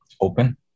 open